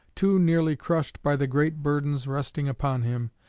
too nearly crushed by the great burdens resting upon him,